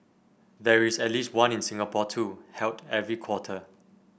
there is at least one in Singapore too held every quarter